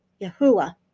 Yahuwah